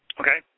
Okay